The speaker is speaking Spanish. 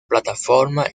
plataforma